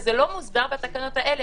וזה לא מוסדר בתקנות האלו,